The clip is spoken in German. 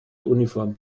uniform